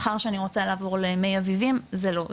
מחר כשאני רוצה לעבור למי אביבים זה לא,